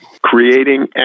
Creating